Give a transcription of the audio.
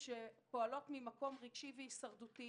שפועלות ממקום רגשי והישרדותי.